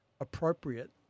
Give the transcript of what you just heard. appropriate